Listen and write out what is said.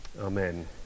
Amen